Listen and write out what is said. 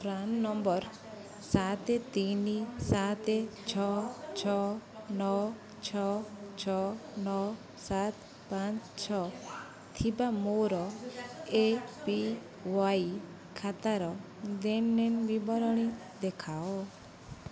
PRAN number ସାତେ ତିନି ସାତେ ଛଅ ଛଅ ନଅ ଛଅ ଛଅ ନଅ ସାତ ପାଞ୍ଚ ଛଅ ଥିବା ମୋର ଏ ପି ୱାଇ ଖାତାର ଦେନ ନେଣ ବିବରଣୀ ଦେଖାଅ